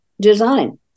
design